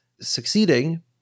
succeeding